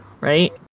Right